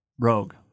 Rogue